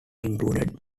included